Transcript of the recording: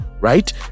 right